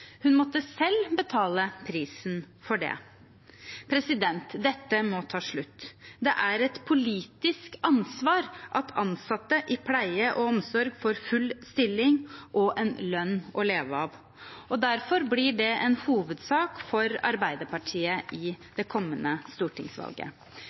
Hun måtte selv betale prisen for det. Dette må ta slutt. Det er et politisk ansvar at ansatte i pleie og omsorg får full stilling og en lønn å leve av. Derfor blir det en hovedsak for Arbeiderpartiet